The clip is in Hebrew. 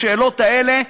בשאלות האלה,